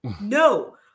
no